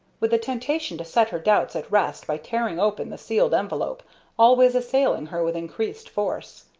with the temptation to set her doubts at rest by tearing open the sealed envelope always assailing her with increased force.